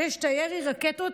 כשיש את ירי הרקטות,